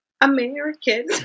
american